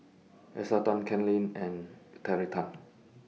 Esther Tan Ken Lim and Terry Tan